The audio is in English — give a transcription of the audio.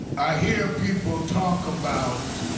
i hear people talk about